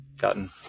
gotten